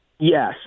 Yes